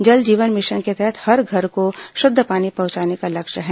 जल जीवन मिशन के तहत हर घर को शुद्ध पानी पहुंचाने का लक्ष्य है